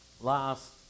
last